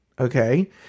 okay